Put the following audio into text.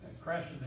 crashed